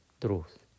truth